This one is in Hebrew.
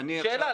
שאלה,